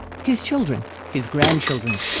his children, his grandchildren,